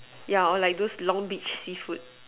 yeah or like those long beach seafood